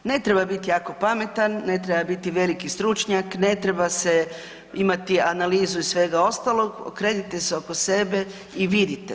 Ne treba biti jako pametan, ne treba biti veliki stručnjak, ne treba se imati analizu i svega ostaloga, okrenite se oko sebe i vidite.